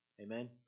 Amen